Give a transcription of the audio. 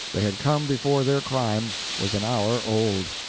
they had come before their crime was an hour old,